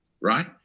right